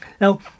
Now